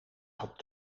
had